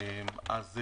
אז,